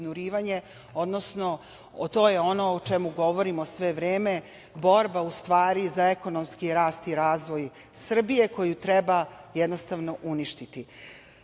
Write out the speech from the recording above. odnosno to je ono o čemu govorimo svo vreme - borba za ekonomski rast i razvoj Srbije koju treba jednostavno uništiti. Mislim